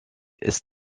ist